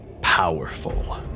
powerful